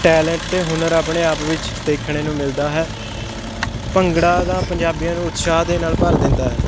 talent ਅਤੇ ਹੁਨਰ ਆਪਣੇ ਆਪ ਵਿੱਚ ਦੇਖਣ ਨੂੰ ਮਿਲਦਾ ਹੈ ਭੰਗੜਾ ਤਾਂ ਪੰਜਾਬੀਆਂ ਨੂੰ ਉਤਸ਼ਾਹ ਦੇ ਨਾਲ ਭਰ ਦਿੰਦਾ ਹੈ